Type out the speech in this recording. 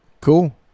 Cool